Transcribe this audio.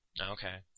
Okay